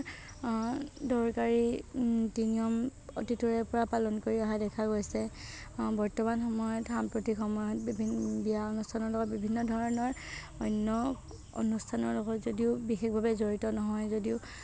দৰকাৰী নীতি নিয়ম অতীতৰে পৰা পালন কৰি অহা দেখা গৈছে বৰ্তমান সময়ত সাম্প্ৰতিক সময়ত বিভি বিয়া পাশ্চাত্য়ৰৰ লগত বিভিন্ন ধৰণৰ অন্য অনুষ্ঠানৰ লগত যদিও বিশেষ ভাৱে জড়িত নহয় যদিও